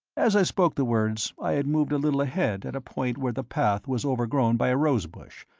as i spoke the words i had moved a little ahead at a point where the path was overgrown by a rose bush,